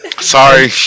Sorry